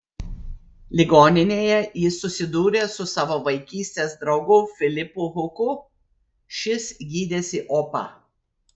ligoninėje jis susidūrė su savo vaikystės draugu filipu huku šis gydėsi opą